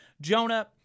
Jonah